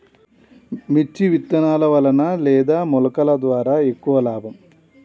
మిర్చి విత్తనాల వలన లేదా మొలకల ద్వారా ఎక్కువ లాభం?